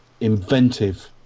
inventive